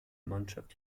mannschaft